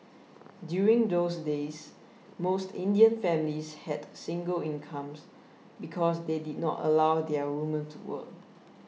during those days most Indian families had single incomes because they did not allow their woman to work